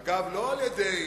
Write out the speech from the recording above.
אגב, לא על-ידי